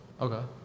Okay